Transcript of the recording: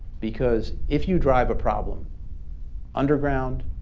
because if you drive a problem underground,